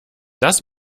das